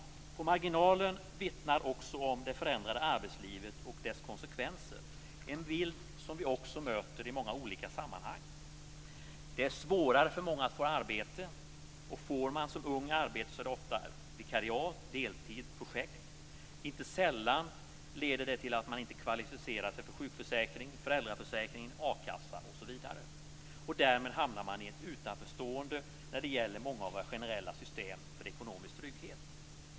I På marginalen vittnas också om det förändrade arbetslivet och dess konsekvenser, en bild som vi också möter i många olika sammanhang. Det är svårare för många att få arbete, och får man som ung arbete så är det ofta vikariat, deltid, projekt. Inte sällan leder det till att man inte kvalificerar sig för sjukförsäkring, föräldraförsäkring, a-kassa, osv. Och därmed hamnar man i ett utanförstående när det gäller många av våra generella system för ekonomisk trygghet.